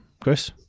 Chris